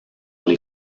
les